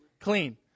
clean